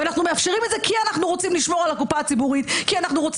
אנחנו מאפשרים את זה כי אנחנו רוצים לשמור על הקופה הציבורית ולהרתיע.